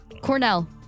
Cornell